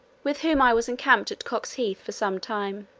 with whom i was encamped at coxheath for some time